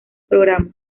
programas